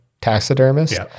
taxidermist